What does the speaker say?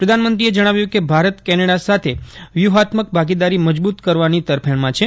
પ્રધાનમંત્રીએ જણાવ્યું કે ભારત કેનેડા સાથે વ્યૂહાત્મક ભાગીદારી મજબૂત કરવાની તરફેણમાં છે